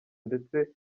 ndetse